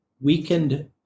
weakened